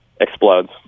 explodes